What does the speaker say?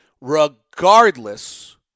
regardless